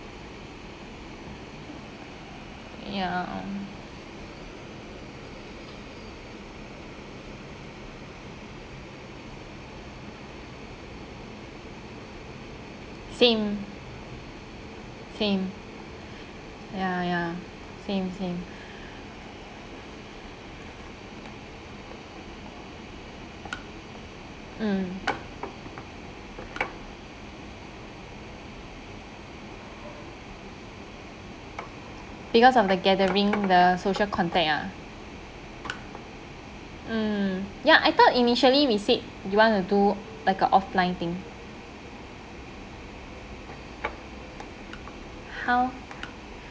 ya same same ya ya same same mm because of the gathering the social contact ah mm ya I thought initially we said we want to do like a offline thing how